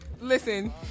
Listen